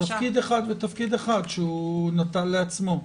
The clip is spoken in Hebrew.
תפקיד אחד ותפקיד אחד שהוא נתן לעצמו.